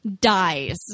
dies